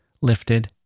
lifted